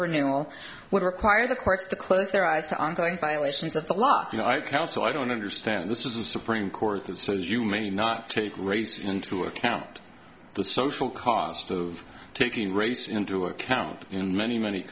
renewal would require the courts to close their eyes to ongoing violations of the law so i don't understand this is the supreme court so as you may not take race into account the social cost of taking race into account in many many